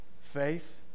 Faith